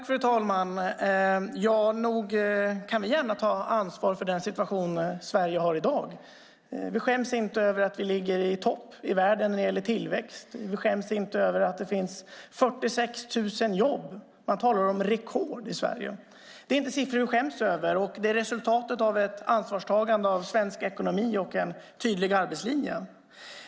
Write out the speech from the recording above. Fru talman! Nog kan vi gärna ta ansvar för den situation Sverige i dag befinner sig i. Vi skäms inte över att Sverige ligger i topp i världen när det gäller tillväxt. Vi skäms inte över att det finns 46 000 lediga jobb - man talar om rekord - i Sverige. Det är inte siffror vi skäms över, och det är resultatet av ett ansvarstagande för svensk ekonomi och en tydlig arbetslinje.